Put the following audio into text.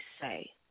say